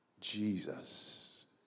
jesus